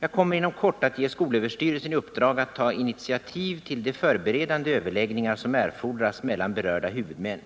Jag kommer inom kort att ge skolöverstyrelsen i uppdrag att ta initiativ till de förberedande överläggningar som erfordras mellan berörda huvudmän.